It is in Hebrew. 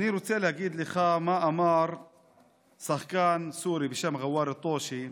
אני רוצה להגיד לך מה אמר שחקן סורי בשם ג'אוור אל-טושה.